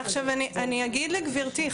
עכשיו, אני אגיד לגברתי,